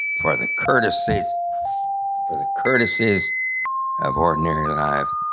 for the courtesies for the courtesies of ordinary life,